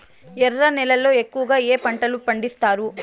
ఎర్ర నేలల్లో ఎక్కువగా ఏ పంటలు పండిస్తారు